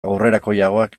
aurrerakoiagoak